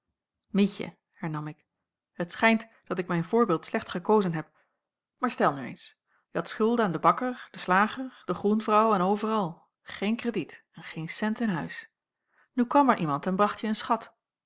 mietje hernam ik het schijnt dat ik mijn voorbeeld slecht gekozen heb maar stel nu eens je hadt schulden aan den bakker den slager de groenvrouw en overal geen krediet en geen cent in huis nu kwam er iemand en bracht je een schat